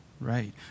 Right